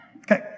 Okay